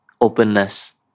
openness